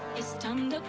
esteemed